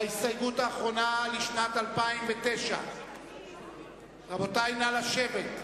בהסתייגות האחרונה לשנת 2009. רבותי, נא לשבת.